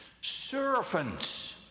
Servants